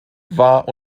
war